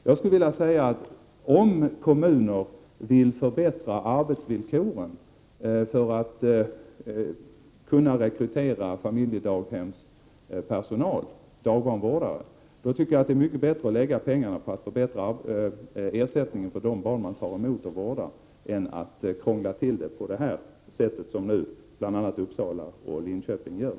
Jag skulle vilja säga att om kommuner vill förbättra arbetsvillkoren för att kunna rekrytera familjedaghemspersonal, tycker jag det är mycket bättre att lägga pengarna på att förbättra ersättningen för de barn man tar emot än att krångla till det på det sätt som bl.a. Uppsala och Linköping nu gör.